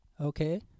okay